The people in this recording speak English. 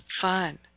fun